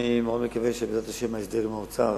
אני מאוד מקווה שבעזרת השם ההסדר עם האוצר